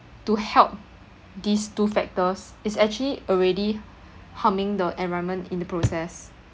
to help these two factors is actually already harming the environment in the process